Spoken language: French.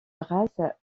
rase